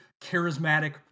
charismatic